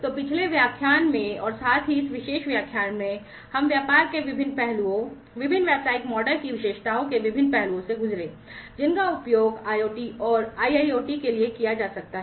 तो पिछले व्याख्यान में और साथ ही इस विशेष व्याख्यान में हम व्यापार के विभिन्न पहलुओं विभिन्न व्यावसायिक मॉडल की विशेषताओं के विभिन्न पहलुओं से गुजरे हैं जिनका उपयोग IoT और IIoT के लिए किया जा सकता है